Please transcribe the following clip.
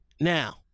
Now